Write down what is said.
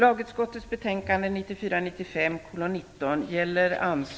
Fru talman!